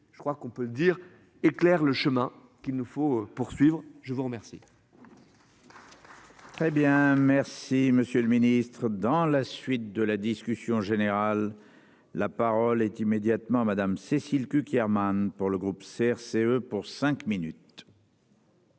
Je crois qu'on peut le dire, éclaire le chemin qu'il nous faut poursuivre. Je vous remercie. Très bien, merci Monsieur le Ministre, dans la suite de la discussion générale. La parole est immédiatement madame Cécile Cukierman. Pour le groupe CRCE pour cinq minutes.